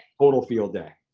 total field day!